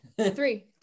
Three